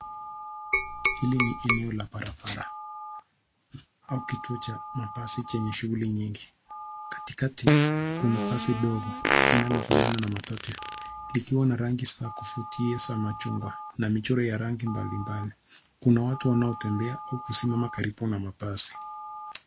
Hili ni eneo la barabara au kituo cha mabasi chenye shuguli nyingi, katikati kuna basi ndogo, linafanana na matatu likiwa na rangi za kuvutia za machungwa na michoro ya rangi mbalimbali. Kuna watu wanaotembea au kusimama karibu na mabasi.